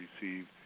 receive